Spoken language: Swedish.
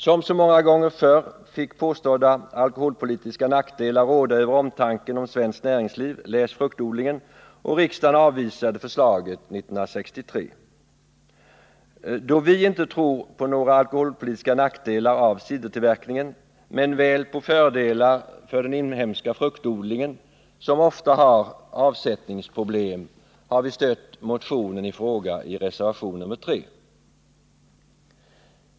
Som så många gånger förr fick påstådda alkoholpolitiska nackdelar råda över omtanken om svenskt näringsliv — läs fruktodlingen — och riksdagen avvisade förslaget 1963. Då vi inte tror på några alkoholpolitiska nackdelar av cidertillverkning men väl på fördelar för den inhemska fruktodlingen, som ofta har avsättningsproblem, har vi i reservation nr 3 stött motionen i fråga.